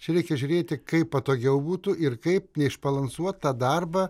čia reikia žiūrėti kaip patogiau būtų ir kaip neišbalansuot tą darbą